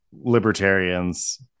libertarians